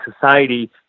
society